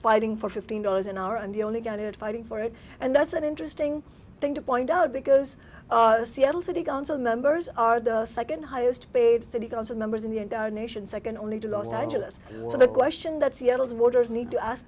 fighting for fifteen dollars an hour and you only get it fighting for it and that's an interesting thing to point out because seattle city council members are the second highest paid city council members in the entire nation second only to los angeles so the question that seattle's borders need to